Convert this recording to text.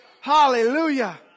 Hallelujah